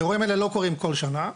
האירועים האלה לא קורים כל שנה,